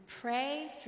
pray